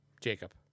Jacob